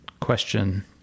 question